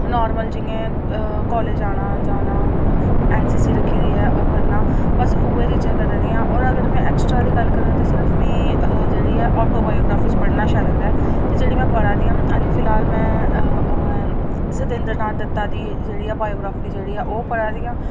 normal जि'यां college आना जाना एन सी सी रखी दी ऐ ओह् करना बस उ'ऐ ते चीज़ां करा दियां होर अगर में एक्स्ट्रा दी गल्ल करांऽ ते सिर्फ में जेह्ड़ी करा दी ऐ ऑटोबायोग्रॉफी च पढ़ना शैल लगदा ऐ ते जेह्ड़ियां पढ़ा दियां ते ओह् फिलहाल में ओह् ऐ सतेंदर नाथ दत्ता दी जेह्ड़ी ऐ बायोग्रॉफी जेह्ड़ी ऐ ओह् पढ़ा दियां आं